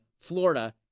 Florida